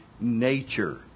nature